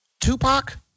Tupac